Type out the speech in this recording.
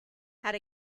had